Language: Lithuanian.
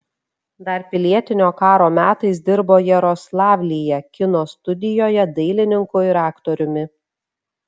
dar pilietinio karo metais dirbo jaroslavlyje kino studijoje dailininku ir aktoriumi